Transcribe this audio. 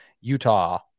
Utah